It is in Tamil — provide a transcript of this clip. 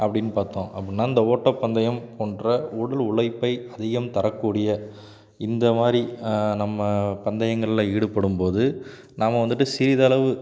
அப்படின்னு பார்த்தோம் அப்புடினா இந்த ஓட்டப்பந்தயம் போன்ற உடல் உழைப்பை அதிகம் தரக்கூடிய இந்த மாதிரி நம்ம பந்தயங்கள்ல ஈடுபடும் போது நாம வந்துவிட்டு சிறிதளவு